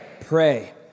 Pray